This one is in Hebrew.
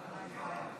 התקבלה.